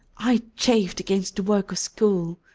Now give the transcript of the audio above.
i chafed against the work of school.